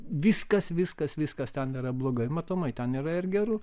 viskas viskas viskas ten yra blogai matomai ten yra ir gerų